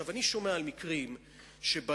אני שומע על מקרים שבהם